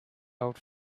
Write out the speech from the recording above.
old